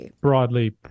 broadly